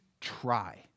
try